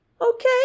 Okay